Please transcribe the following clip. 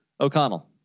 O'Connell